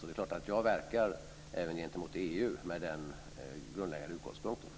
Och det är klart att jag verkar även gentemot EU med den grundläggande utgångspunkten.